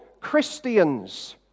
Christians